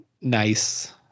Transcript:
nice